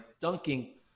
dunking